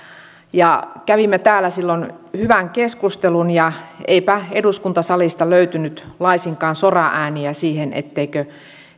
kävimme täällä silloin hyvän keskustelun ja eipä eduskuntasalista löytynyt laisinkaan soraääniä siihen etteikö